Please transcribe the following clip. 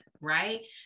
right